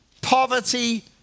Poverty